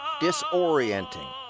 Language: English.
disorienting